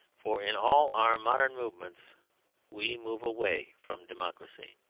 for in all our modern movements we move away from democracy.